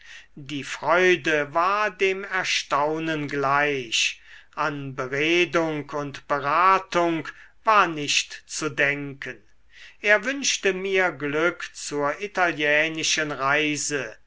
die freude war dem erstaunen gleich an beredung und beratung war nicht zu denken er wünschte mir glück zur italienischen reise